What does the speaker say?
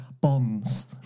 bonds